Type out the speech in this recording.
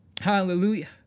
Hallelujah